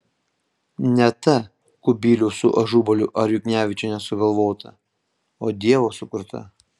ne ta kubiliaus su ažubaliu ar juknevičiene sugalvota o dievo sukurta